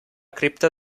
cripta